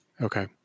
Okay